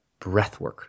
breathwork